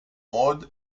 mod